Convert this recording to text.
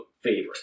favorite